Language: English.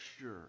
sure